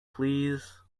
please